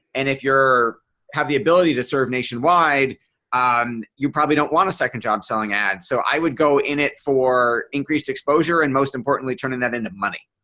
and if you're have the ability to serve nationwide um you probably don't want a second job selling ad. so i would go in it for increased exposure and most importantly turning that into money.